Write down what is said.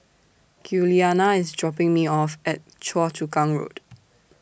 Giuliana IS dropping Me off At Choa Chu Kang Road